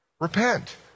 repent